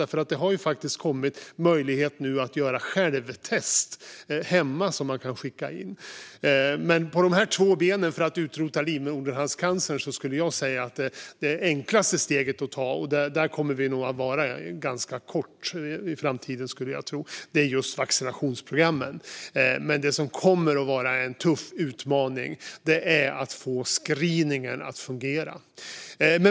Det har ju faktiskt kommit möjligheter att göra självtest hemma som sedan skickas in. När det gäller dessa två ben i arbetet för att utrota livmoderhalscancern skulle jag nog säga att det enklaste steget att ta är vaccinationsprogrammen - och där tror jag att vi kommer att vara inom en ganska snar framtid - men att det som kommer att vara en tuff utmaning är att få screeningen att fungera.